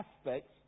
aspects